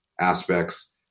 aspects